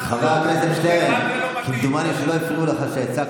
לך זה לא מתאים.